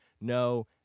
no